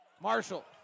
Marshall